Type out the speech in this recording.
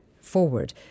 forward